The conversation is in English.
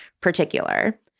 particular